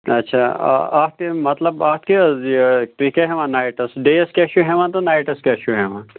اَچھا اَتھ مطلب اَتھ کہِ حظ یہِ تُہۍ کیٛاہ ہٮ۪وان نایٹَس ڈییَس کیٛاہ چھُو ہٮ۪وان تہٕ نایٹَس کیٛاہ چھُو ہٮ۪وان